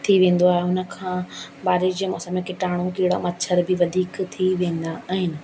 थी वेंदो आहे हुन खां बारिश जे मैसस्म में कीटाणू कीड़ा मछर बि वधीक थी वेंदा आहिनि